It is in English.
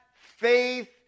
faith